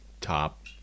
top